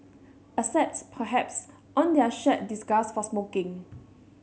except perhaps on their shared disgust for smoking